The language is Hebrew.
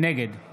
נגד